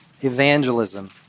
evangelism